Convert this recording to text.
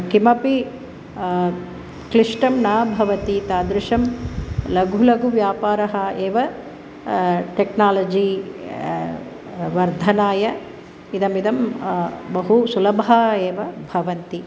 किमपि क्लिष्टं न भवति तादृशं लघुः लघुः व्यापरः एव टेक्नालजि वर्धनाय इदमिदं बहु सुलभः एव भवति